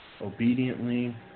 obediently